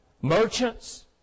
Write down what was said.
merchants